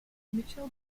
mitchell